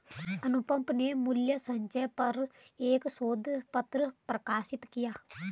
अनुपम ने मूल्य संचय पर एक शोध पत्र प्रकाशित किया